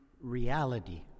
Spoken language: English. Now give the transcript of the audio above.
reality